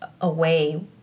away